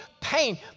pain